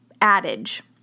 adage